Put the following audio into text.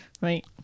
Right